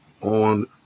on